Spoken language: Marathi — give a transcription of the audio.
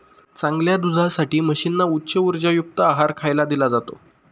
चांगल्या दुधासाठी म्हशींना उच्च उर्जायुक्त आहार खायला दिला जातो